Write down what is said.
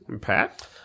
Pat